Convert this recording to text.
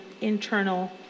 internal